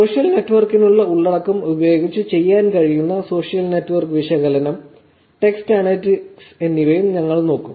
social നെറ്റ്വർക്കിനുള്ള ഉള്ളടക്കം ഉപയോഗിച്ച് ചെയ്യാൻ കഴിയുന്ന സോഷ്യൽ നെറ്റ്വർക്ക് വിശകലനം ടെക്സ്റ്റ് അനലിറ്റിക്സ് എന്നിവയും ഞങ്ങൾ നോക്കും